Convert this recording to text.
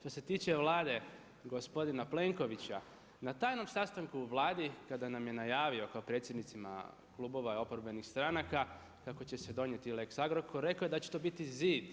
Što se tiče Vlade gospodina Plenkovića, na tajnom sastanku u Vladi kada nam je najavio kao predsjednicima klubova i oporbenih stranaka, kako će se donijeti lex Agrokor, rekao je da će to biti zid,